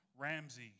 Ramsey